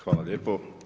Hvala lijepa.